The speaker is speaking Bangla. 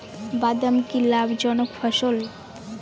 বাদাম কি লাভ জনক ফসল?